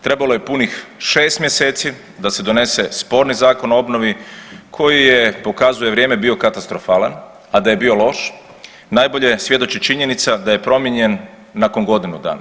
Trebalo je punih šest mjeseci da se donese sporni Zakon o obnovi koji pokazuje vrijeme bio katastrofalan, a da je bio loš najbolje svjedoči činjenica da je promijenjen nakon godinu dana.